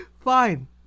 Fine